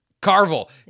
Carvel